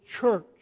church